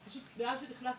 כ-12 שנים אחרי,